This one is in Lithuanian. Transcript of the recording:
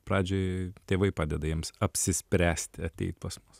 pradžioj tėvai padeda jiems apsispręsti ateit pas mus